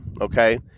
okay